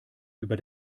über